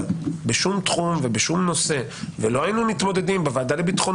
בשום תחום ובשום נושא ולא היינו מתמודדים בוועדה לביטחון